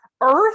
Earth